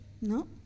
no